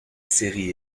série